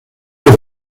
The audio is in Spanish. les